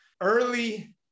early